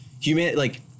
human—like